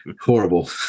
horrible